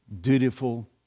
dutiful